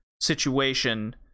situation